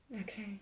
okay